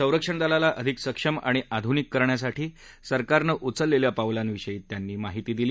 संरक्षण दलाला अधिक सक्षम आणि आधुनिक करण्यासाठी सरकारनं उचललेल्या पावलांविषयी त्यांनी यावेळी माहिती दिली